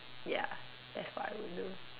ya that's what I would do